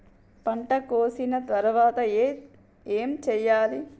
పంట కోసిన తర్వాత ఏం చెయ్యాలి?